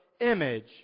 image